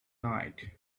night